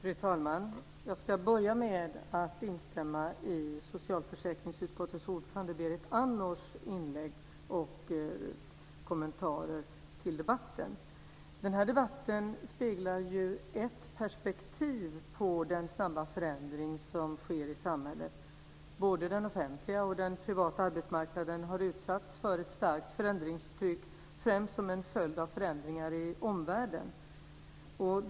Fru talman! Jag ska börja med att instämma i socialförsäkringsutskottets ordförande Berit Andnors inlägg och kommentarer till debatten. Den här debatten speglar ju ett perspektiv på den snabba förändring som sker i samhället. Både den offentliga och den privata arbetsmarknaden har utsatts för ett starkt förändringstryck, främst som en följd av förändringar i omvärlden.